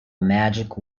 magic